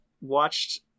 watched